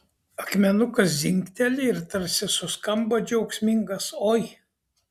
akmenukas dzingteli ir tarsi suskamba džiaugsmingas oi